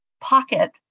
pocket